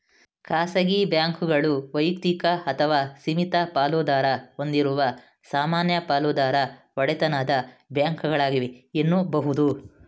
ಖಾಸಗಿ ಬ್ಯಾಂಕ್ಗಳು ವೈಯಕ್ತಿಕ ಅಥವಾ ಸೀಮಿತ ಪಾಲುದಾರ ಹೊಂದಿರುವ ಸಾಮಾನ್ಯ ಪಾಲುದಾರ ಒಡೆತನದ ಬ್ಯಾಂಕ್ಗಳಾಗಿವೆ ಎನ್ನುಬಹುದು